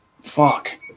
fuck